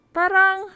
parang